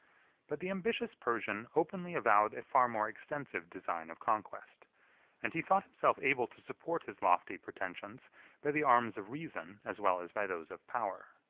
but the ambitious persian openly avowed a far more extensive design of conquest and he thought himself able to support his lofty pretensions by the arms of reason as well as by those of power.